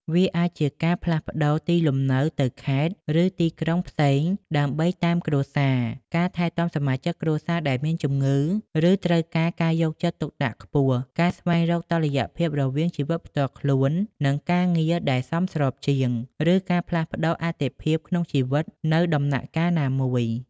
វាអាចជា ការផ្លាស់ប្តូរទីលំនៅទៅខេត្ត ឬទីក្រុងផ្សេងដើម្បីតាមគ្រួសារ ការថែទាំសមាជិកគ្រួសារដែលមានជំងឺ ឬត្រូវការការយកចិត្តទុកដាក់ខ្ពស់ ការស្វែងរកតុល្យភាពរវាងជីវិតផ្ទាល់ខ្លួន និងការងារដែលសមស្របជាង ឬការផ្លាស់ប្តូរអាទិភាពក្នុងជីវិតនៅដំណាក់កាលណាមួយ ។